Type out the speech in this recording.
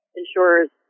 Insurers